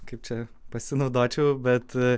kaip čia pasinaudočiau bet